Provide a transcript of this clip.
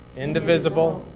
indivisible,